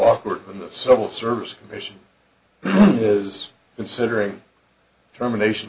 awkward when the civil service commission is considering termination